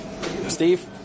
Steve